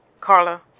Carla